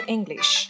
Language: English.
English 》 。